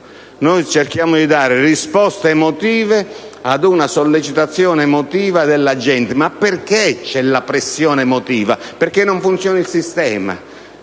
Noi cerchiamo di dare risposte emotive ad una sollecitazione emotiva della gente. Ma per quale motivo c'è la pressione emotiva? Perché non funziona il sistema;